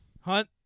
Hunt